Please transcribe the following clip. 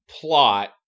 plot